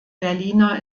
berliner